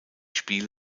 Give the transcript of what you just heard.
spiele